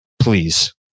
Please